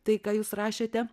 tai ką jūs rašėte